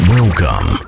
Welcome